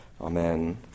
Amen